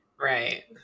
Right